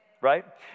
right